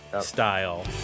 style